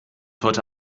heute